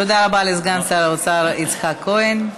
תודה רבה לסגן שר האוצר יצחק כהן.